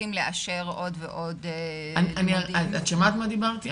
רוצים לאשר עוד ועוד -- את שמעת על מה דיברתי?